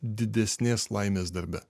didesnės laimės darbe